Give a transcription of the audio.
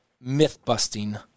myth-busting